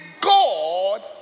God